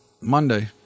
Monday